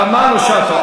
תמנו-שטה,